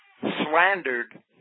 slandered